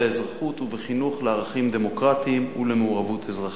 האזרחות ובחינוך לערכים דמוקרטיים ולמעורבות אזרחית.